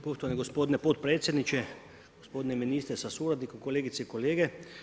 Poštovani gospodine potpredsjedniče, gospodine ministre sa suradnikom, kolegice i kolege.